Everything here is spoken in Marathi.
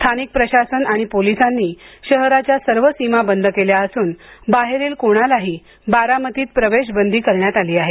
स्थानिक प्रशासन आणि पोलिसांनी शहराच्या सर्व सीमा बंद केल्या असून बाहेरील कोणालाही बारामतीत प्रवेश बंदी करण्यात आली आहे